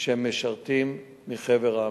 ופה מדובר על "תג מחיר"